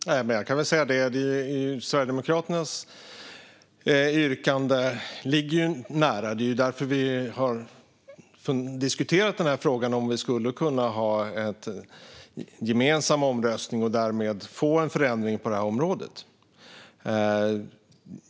Fru talman! Det jag kan säga är att Sverigedemokraternas yrkande ligger nära vårt. Det är därför vi har diskuterat om vi skulle kunna ha en gemensam omröstning och därmed få en förändring på det här området.